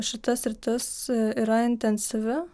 šita sritis yra intensyvi